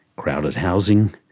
crowded housing,